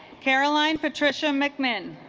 caroline patricia mcminn